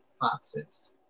boxes